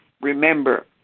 remember